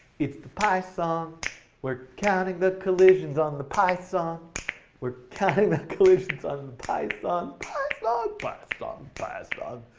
it's the pi song we're counting the collisions on the pi song we're counting the collisions on the pi song pi song, ah pi song, pi song